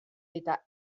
eta